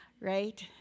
right